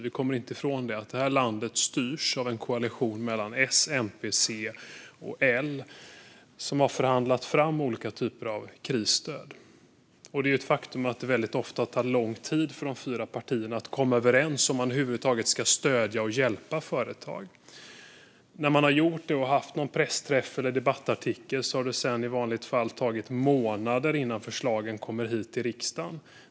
Vi kommer inte ifrån att landet styrs av en koalition mellan S, MP, C och L, som har förhandlat fram olika typer av krisstöd. Det är ett faktum att det väldigt ofta tar lång tid för de fyra partierna att komma överens om huruvida man över huvud taget ska stödja och hjälpa företag. När man har gjort detta och haft en pressträff eller debattartikel har det sedan i vanliga fall tagit månader innan förslagen kommit hit till riksdagen.